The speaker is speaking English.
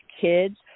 kids